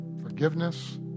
forgiveness